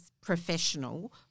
professional